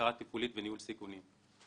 בקרה טיפולית וניהול סיכונים.